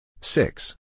Six